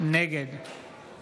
נגד